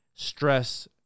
stress